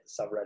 subreddit